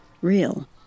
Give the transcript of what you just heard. real